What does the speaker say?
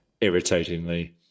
irritatingly